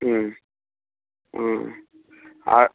হুম হুম আর